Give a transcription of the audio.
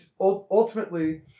ultimately